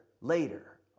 Later